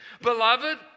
Beloved